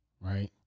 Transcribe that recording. right